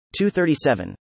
237